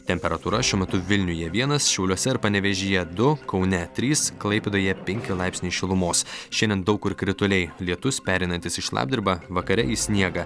temperatūra šiuo metu vilniuje vienas šiauliuose ir panevėžyje du kaune trys klaipėdoje penki laipsniai šilumos šiandien daug kur krituliai lietus pereinantis į šlapdribą vakare į sniegą